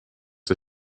der